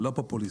לא פופוליסטית,